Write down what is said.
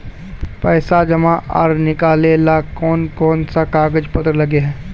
पैसा जमा आर निकाले ला कोन कोन सा कागज पत्र लगे है?